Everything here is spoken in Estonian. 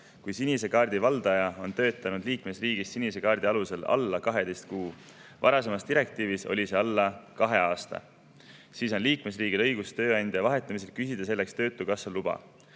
Kui sinise kaardi valdaja on töötanud liikmesriigis sinise kaardi alusel alla 12 kuu – varasemas direktiivis oli see alla kahe aasta –, siis on liikmesriigil õigus tööandja vahetamiseks küsida selleks töötukassa luba.